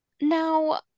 Now